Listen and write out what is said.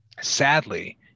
sadly